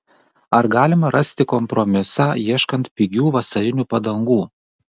ar galima rasti kompromisą ieškant pigių vasarinių padangų